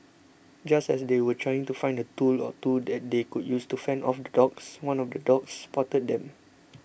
just as they were trying to find a tool or two that they could use to fend off the dogs one of the dogs spotted them